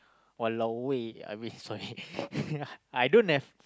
!walao! eh I mean sorry I don't have